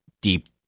deep